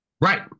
Right